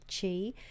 Chi